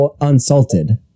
unsalted